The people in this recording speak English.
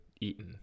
eaten